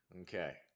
Okay